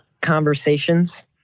conversations